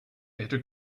better